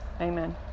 Amen